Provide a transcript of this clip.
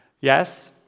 yes